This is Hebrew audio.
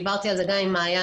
דיברתי על זה גם עם מעיין